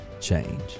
change